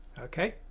okay!